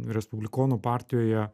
respublikonų partijoje